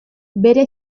bere